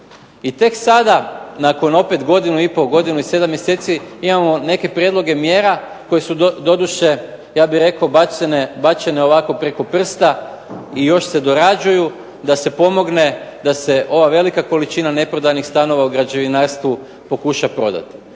I tek sada nakon opet godinu i pol, godinu i 7 mjeseci imamo neke prijedloge mjera koje su doduše, ja bih rekao, bačene ovako preko prsta i još se dorađuju, da se pomogne da se ova velika količina neprodanih stanova u građevinarstvu pokuša prodati.